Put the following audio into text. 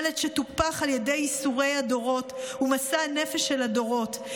ילד שטופח על ידי ייסורי הדורות ומשאת הנפש של הדורות,